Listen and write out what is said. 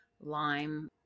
lime